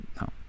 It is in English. no